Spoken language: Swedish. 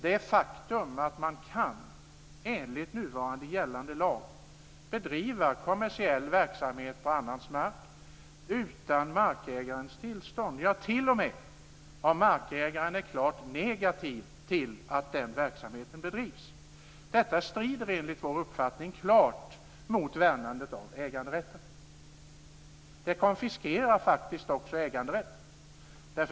Det faktum att man enligt nuvarande gällande lag kan bedriva kommersiell verksamhet på annans mark utan markägarens tillstånd - ja, t.o.m. om markägaren är klart negativ till att verksamheten bedrivs - strider enligt vår uppfattning klart mot värnandet av äganderätten. Det konfiskerar faktiskt också äganderätten.